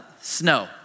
snow